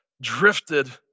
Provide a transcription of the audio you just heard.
drifted